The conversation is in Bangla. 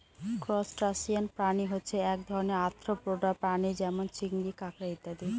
ত্রুসটাসিয়ান প্রাণী হচ্ছে এক ধরনের আর্থ্রোপোডা প্রাণী যেমন চিংড়ি, কাঁকড়া ইত্যাদি